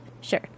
Sure